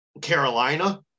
Carolina